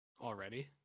Already